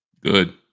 Good